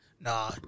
Nah